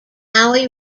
maui